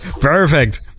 perfect